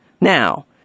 Now